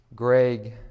Greg